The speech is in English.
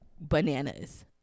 bananas